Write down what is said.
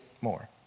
more